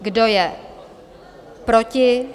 Kdo je proti?